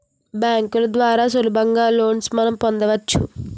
బ్యాంకుల ద్వారా సులభంగా లోన్స్ మనం పొందవచ్చు